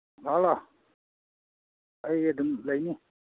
ꯂꯥꯛꯑꯣ ꯂꯥꯛꯑꯣ ꯑꯩ ꯑꯗꯨꯝ ꯂꯩꯅꯤ